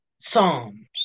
Psalms